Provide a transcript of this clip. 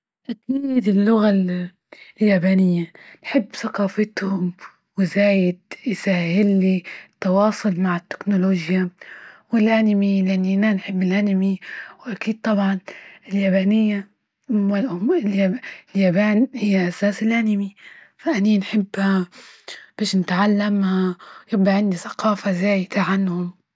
أكيد اللغة اليابانية حب ثقافتهم وزايد يسهل لي التواصل مع التكنولوجيا والأنمي لن ينال وأكيد طبعا اليابانية اليابان هي أساس الأنيميا فانين باش نتعلم ثقافة زايدة عنهم.